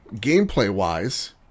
gameplay-wise